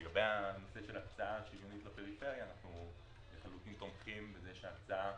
לגבי הנושא של הקצאה שוויונית לפריפריה אנחנו לחלוטין תומכים בזה שההקצאה